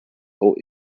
old